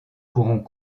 pourront